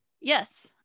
Yes